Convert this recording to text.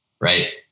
Right